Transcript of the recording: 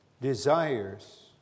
desires